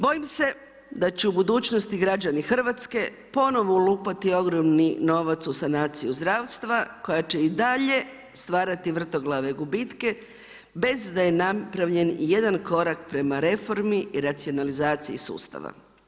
Bojim se da će u budućnosti građani Hrvatske ponovno lupati ogromni novac u sanaciju zdravstva, koja će i dalje stvarati vrtoglave gubitke, bez da je napravljen ijedan korak prema reformi i racionalizaciji sustava.